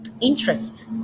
interest